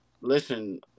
listen